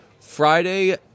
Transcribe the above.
Friday